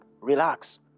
Relax